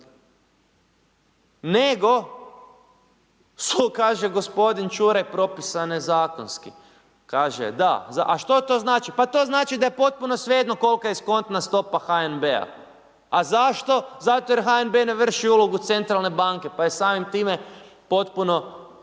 nego su kaže gospodine Čuraj propisane zakonski. Kaže da, a što to znači? Pa to znači da je potpuno svejedno kolika je eskontna stopa HNB-a. A zašto? Zato što HNB ne vrši ulogu centralne banke pa je samim time potpuno